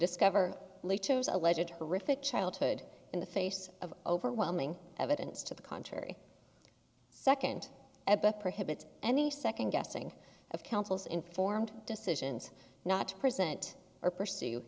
discover a legit horrific childhood in the face of overwhelming evidence to the contrary second at best prohibits any second guessing of counsel's informed decisions not to present or pursue